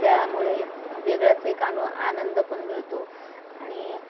त्यामुळे वेगळाच एक आनो आनंद पण मिळतो आणि